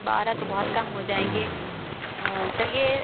बारह तो बहुत कम हो जाएंगे चलिए